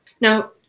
Now